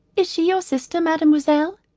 is she your sister, mademoiselle?